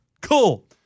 Cool